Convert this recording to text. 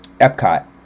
Epcot